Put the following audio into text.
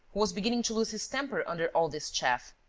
who was beginning to lose his temper under all this chaff.